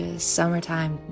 summertime